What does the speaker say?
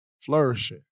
flourishing